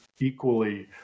equally